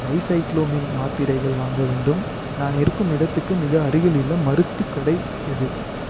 dicyclomine மாத்திரைகள் வாங்க வேண்டும் நான் இருக்கும் இடத்துக்கு மிக அருகிலுள்ள மருத்துக் கடை எது